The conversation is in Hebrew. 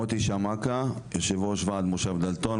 מוטי שמקה יושב ראש ועד מושב דלתון,